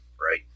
right